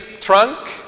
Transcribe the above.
trunk